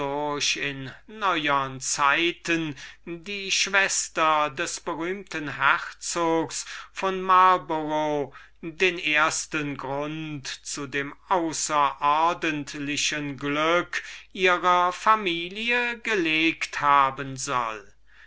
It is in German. neuern zeiten die schwester des berühmten herzogs von marlborough den ersten grund zu dem außerordentlichen glück ihrer familie gelegt haben soll